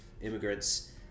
immigrants